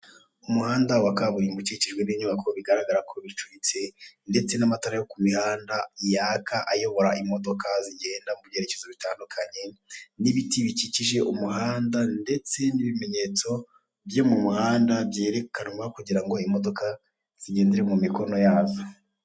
Umuhanda wa kaburimbo ukikijwe n'inyubako bigaragara ko bicurutse ndetse n'amatara yo ku mihanda yaka, ayobora imodoka zigenda mu byerekezo bitandukanye n'ibiti bikikije umuhanda ndetse n'ibimenyetso byo mu muhanda byerekanwa kugira ngo imodoka zigendere mu mikono yazo.